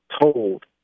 told